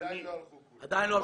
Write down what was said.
עדיין לא הלכו כולם.